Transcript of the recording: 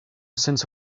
since